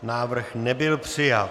Návrh nebyl přijat.